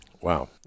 Wow